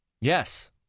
Yes